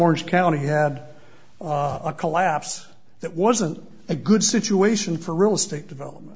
orange county had a collapse that wasn't a good situation for real estate development